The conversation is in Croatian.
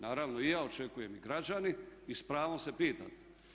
Naravno i ja očekujem i građani i s pravom se pitate.